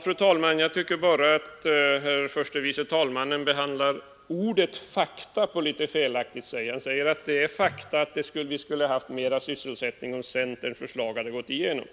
Fru talman! Jag tycker bara att herr förste vice talmannen använder ordet faktum på ett felaktigt sätt. Han säger att det är faktum att vi skulle ha haft mer sysselsättning om centerns förslag hade gått igenom.